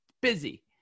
busy